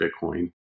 Bitcoin